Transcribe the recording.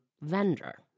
vendor